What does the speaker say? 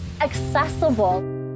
accessible